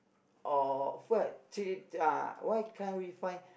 offered three uh why can't we find